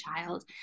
child